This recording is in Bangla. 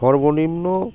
সর্বনিম্ন